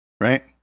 Right